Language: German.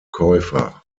käufer